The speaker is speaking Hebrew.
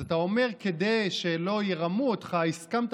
אז אתה אומר שכדי שלא ירמו אותך הסכמת